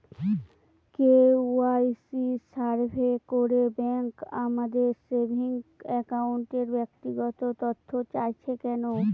KYC survey করে bank আমাদের saving অ্যাকাউন্টের ব্যক্তিগত তথ্য চাইছে কেন?